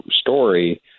story